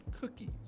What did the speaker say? Cookies